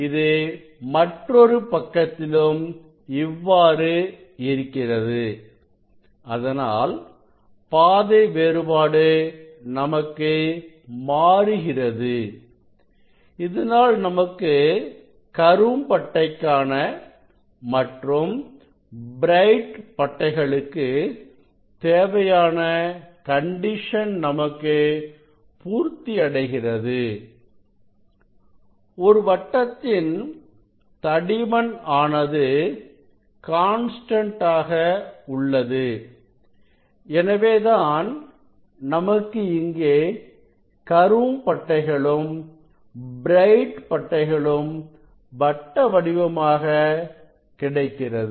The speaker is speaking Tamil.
இது மற்றொரு பக்கத்திலும் இவ்வாறு இருக்கிறது அதனால் பாதை வேறுபாடு நமக்கு மாறுகிறது இதனால் நமக்கு கரும்பட்டைக்கான மற்றும் பிரைட் பட்டைகளுக்கு தேவையான கண்டிஷன் நமக்கு பூர்த்தி அடைகிறது ஒரு வட்டத்தின் தடிமன் ஆனது கான்ஸ்டன்ட் ஆக உள்ளது எனவேதான் நமக்கு இங்கே கரும் பட்டைகளும் பிரைட் பட்டைகளும் வட்டவடிவமாக கிடைக்கிறது